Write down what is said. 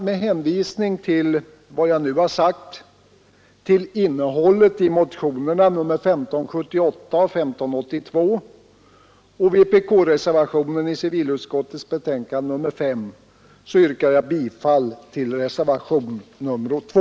Med hänvisning till vad jag nu sagt, till innehållet i motionerna nr 1578 och 1582 och vpk-reservationen i civilutskottets betänkande nr 5 yrkar jag bifall till reservationen 2.